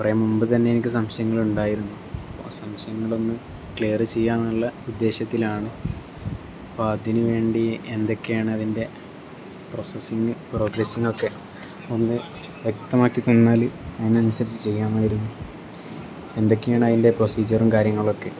കുറേ മുമ്പ് തന്നെ എനിക്ക് സംശയങ്ങളുണ്ടായിരുന്നു ആ സംശയങ്ങളൊന്ന് ക്ലിയറ് ചെയ്യുക എന്നുള്ള ഉദ്ദേശത്തിലാണ് അപ്പം അതിന് വേണ്ടി എന്തൊക്കെയാണ് അതിൻ്റെ പ്രോസസ്സിങ് പ്രോഗ്രസ്സിംങ് ഒക്കെ ഒന്ന് വ്യക്തമാക്കി തന്നാൽ അതിനനുസരിച്ച് ചെയ്യാമായിരുന്നു എന്തൊക്കെയാണ് അതിൻ്റെ പ്രൊസീജറും കാര്യങ്ങളൊക്കെ